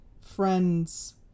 friend's